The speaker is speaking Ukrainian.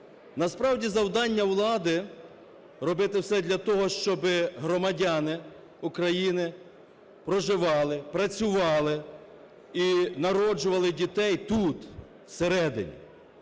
Насправді, завдання влади – робити все для того, щоби громадяни України проживали, працювали і народжували дітей тут, всередині.